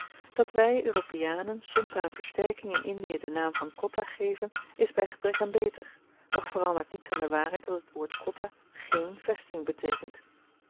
dat wy europeanen soms aan n versterking in indie den naam van kotta geven is by gebrek aan beter doch verandert niets aan de waarheid dat het woord kotta geen vesting beteekent